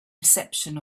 reception